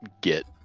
get